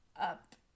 up